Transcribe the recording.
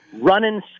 Running